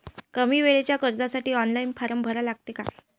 कमी वेळेच्या कर्जासाठी ऑनलाईन फारम भरा लागते का?